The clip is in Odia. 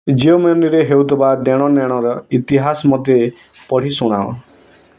ଜିଓ ମନିରେ ହେଉଥିବା ଦେଣ ନେଣର ଇତିହାସ ମୋତେ ପଢ଼ି ଶୁଣାଅ